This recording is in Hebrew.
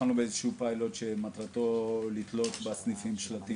התחלנו באיזשהו פיילוט שמטרתו לתלות בסניפים שלטים